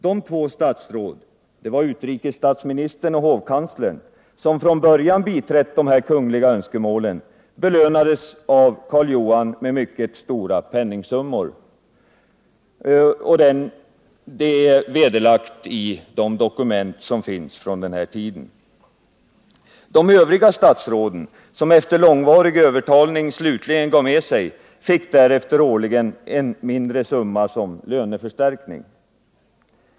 De två statsråd — utrikesstatsministern och hovkanslern — som från början biträtt de kungliga önskemålen belönades av Karl Johan med mycket stora penningsummor. Det är belagt i de dokument som finns från den tiden. De övriga statsråden, som efter långvarig övertalning slutligen gav med sig, fick därefter årligen en mindre summa som ”löneförstärkning”.